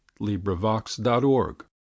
LibriVox.org